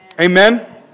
Amen